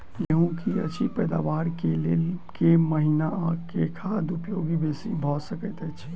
गेंहूँ की अछि पैदावार केँ लेल केँ महीना आ केँ खाद उपयोगी बेसी भऽ सकैत अछि?